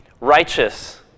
righteous